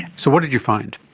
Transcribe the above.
so what did you find?